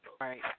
Right